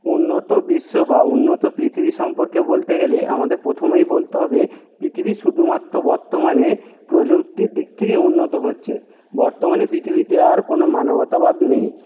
উন্নত বিশ্ব বা উন্নত পৃথিবী সম্পর্কে বলতে গেলে আমাদের প্রথমেই বলতে হবে পৃথিবী শুধুমাত্র বর্তমানে প্রযুক্তির দিক থেকে উন্নত হচ্ছে বর্তমানে পৃথিবীতে আর কোনো মানবতাবাদ নেই